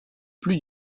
plus